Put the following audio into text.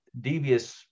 devious